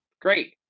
Great